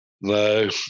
No